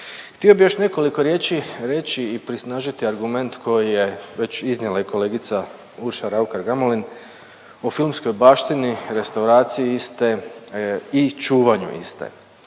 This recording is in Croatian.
Htio bi još nekoliko riječi reći i prisnažiti argument koji je već iznijela i kolega Urša Raukar Gamulin o filmskoj baštini, restauraciji iste i čuvanju iste.